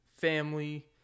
family